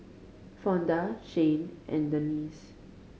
Fonda Zhane and Denese